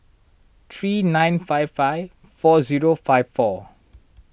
three nine five five four zero five four